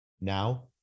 Now